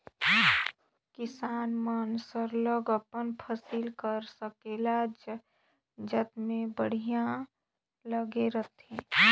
किसान मन सरलग अपन फसिल कर संकेला जतन में बड़िहा लगे रहथें